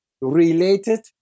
related